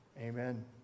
amen